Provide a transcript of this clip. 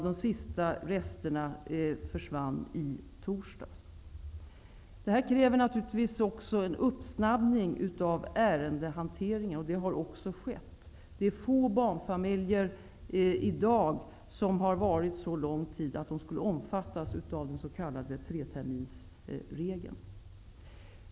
De sista resterna försvann i torsdags. Det kräver naturligtvis att ärendehanteringen snabbas upp. Det har också skett. Det är få barnfamiljer i dag som har varit här så lång tid att de skulle omfattas av den s.k. treterminsregeln.